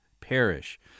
perish